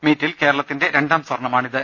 മീറ്റിൽ കേരള ത്തിന്റെ രണ്ടാം സ്വർണമാണിത്